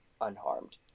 unharmed